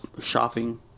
shopping